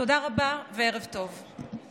תודה רבה וערב טוב.